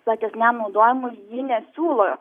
platesniam naudojimui ji nesiūlo